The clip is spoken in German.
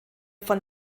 von